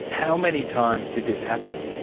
how many times did this happen?